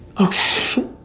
okay